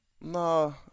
No